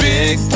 Big